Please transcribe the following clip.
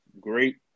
great